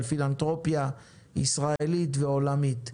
על פילנתרופיה ישראלית ועולמית.